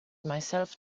myself